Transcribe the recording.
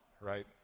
right